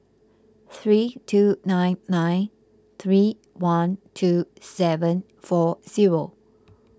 three two nine nine three one two seven four zero